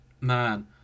man